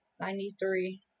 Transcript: ninety-three